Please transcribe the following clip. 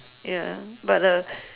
ya but the